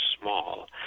small